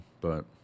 but-